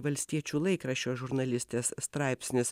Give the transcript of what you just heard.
valstiečių laikraščio žurnalistės straipsnis